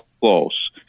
close